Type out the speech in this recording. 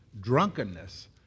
drunkenness